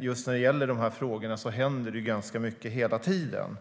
Just när det gäller de här frågorna händer det ganska mycket hela tiden.